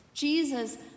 Jesus